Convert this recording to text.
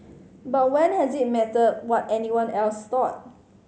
but when has it mattered what anyone else thought